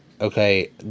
okay